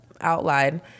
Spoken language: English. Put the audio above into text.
outlined